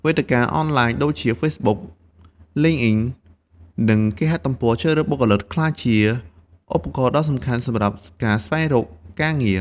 វេទិកាអនឡាញដូចជា Facebook, LinkedIn និងគេហទំព័រជ្រើសរើសបុគ្គលិក ក្លាយជាឧបករណ៍ដ៏សំខាន់សម្រាប់ការស្វែងរកការងារ។